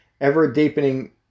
ever-deepening